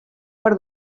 per